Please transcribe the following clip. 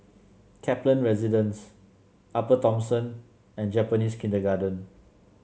Kaplan Residence Upper Thomson and Japanese Kindergarten